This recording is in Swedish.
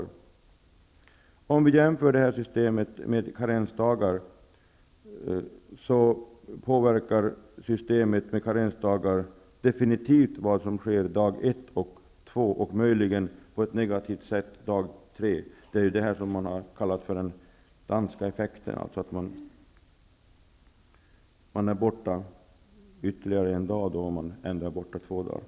Låt oss då jämföra vårt förslag med systemet med karensdagar: Karensdagar påverkar definitivt vad som sker dag 1 och dag 2 och möjligen, på ett negativt sätt, dag 3. Detta har kallats för den danska effekten. Man är alltså borta ytterligare en dag, då man ändå har varit borta två dagar.